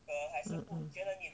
ah ah